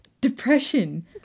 depression